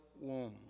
womb